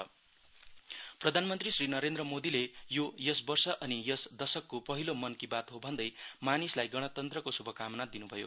मन की बात प्रधानमन्त्री श्री नेरन्द्र मोदीले यो यस वर्ष अनि यस दशकको पहिलो मन कि बात हो भन्दै मानिसलाई गणतन्त्रको शुभकामना दिनुभयो